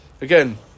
Again